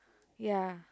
ya